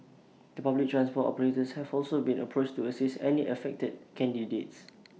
the public transport operators have also been approached to assist any affected candidates